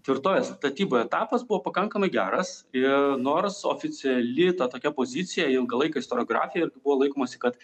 tvirtovės statybų etapas buvo pakankamai geras ir nors oficiali ta tokia pozicija ilgą laiką istoriografijoje irgi buvo laikomasi kad